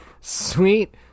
Sweet